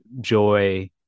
joy